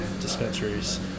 dispensaries